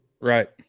Right